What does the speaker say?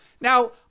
Now